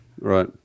right